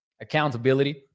accountability